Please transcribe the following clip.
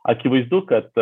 akivaizdu kad